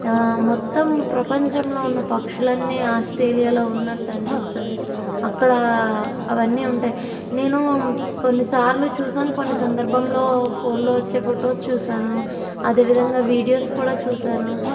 మొత్తం ప్రపంచంలో ఉన్న పక్షులన్ని ఆస్ట్రేలియాలో ఉన్నట్టు అనిపిస్తుంది అక్కడ అవన్నీ ఉంటాయి నేను కొన్ని సార్లు చూశాను కొన్ని సందర్భంలో ఫోన్లో వచ్చే ఫొటోస్ చూశాను అదేవిధంగా వీడియోస్ కూడా చూసాను